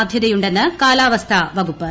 സാധ്യതയുണ്ടെന്ന് കാലാവസ്ഥാ വകുപ്പ്